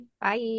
Bye